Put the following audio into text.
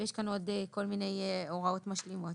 ויש כאן עוד כל מיני הוראות משלימות.